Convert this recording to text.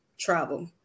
travel